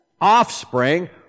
offspring